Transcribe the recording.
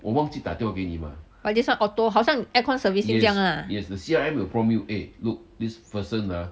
this one auto 好像 aircon servicing 这样啊